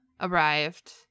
arrived